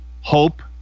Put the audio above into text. Hope